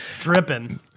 Dripping